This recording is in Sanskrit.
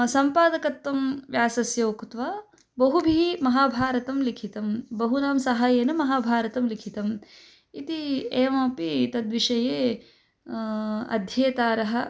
सम्पादकत्वं व्यासस्य कुत्वा बहुभिः महाभारतं लिखितं बहूनां साहाय्येन महाभारतं लिखितम् इति एवमपि तद्विषये अध्येतारः